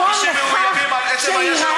אתם מרגישים מאוימים על עצם העניין שאנחנו בשלטון.